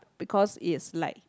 because it's like